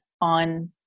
on